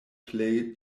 plej